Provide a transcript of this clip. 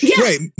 right